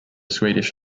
swedish